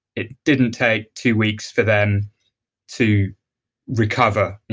it didn't take two weeks for them to recover,